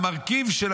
המרכיב של